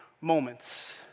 moments